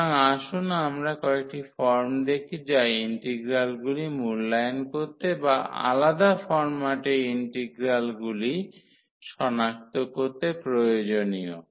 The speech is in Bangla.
সুতরাং আসুন আমরা কয়েকটি ফর্ম দেখি যা ইন্টিগ্রালগুলি মূল্যায়ন করতে বা আলাদা ফর্ম্যাটে ইন্টিগ্রালগুলি সনাক্ত করতে প্রয়োজনীয়